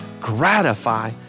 gratify